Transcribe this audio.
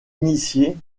initié